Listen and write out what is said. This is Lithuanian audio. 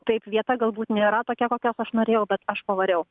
taip vieta galbūt nėra tokia kokios aš norėjau bet aš pavariau